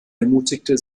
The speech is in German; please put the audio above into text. ermutigte